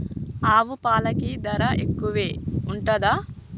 ఆవు పాలకి ధర ఎక్కువే ఉంటదా?